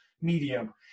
medium